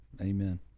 Amen